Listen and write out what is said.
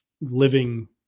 living